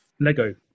lego